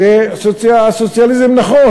שהסוציאליזם נכון,